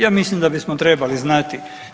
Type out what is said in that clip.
Ja mislim da bismo trebali znati.